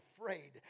afraid